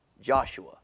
Joshua